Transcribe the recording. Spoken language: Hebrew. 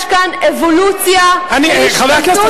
וכשאנחנו רואים באמת מחזות זוועה ואימה של חברי הכנסת